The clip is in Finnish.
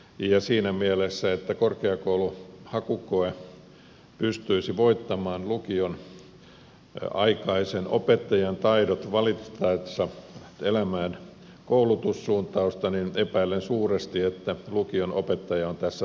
mitä tulee siihen että korkeakoulun hakukoe pystyisi voittamaan lukioaikaisen opettajan taidot valittaessa elämään koulutussuuntausta epäilen suuresti että lukion opettaja on tässä taitavampi